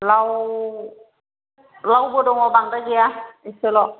लाव लावबो दङ बांद्राय गैया एसेल'